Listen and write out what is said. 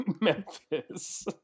memphis